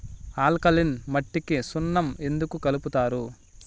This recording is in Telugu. ఆల్కలీన్ మట్టికి సున్నం ఎందుకు కలుపుతారు